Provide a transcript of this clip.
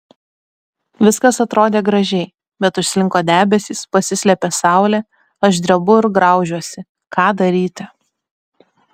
viskas atrodė gražiai bet užslinko debesys pasislėpė saulė aš drebu ir graužiuosi ką daryti